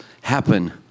happen